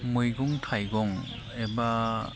मैगं थाइगं एबा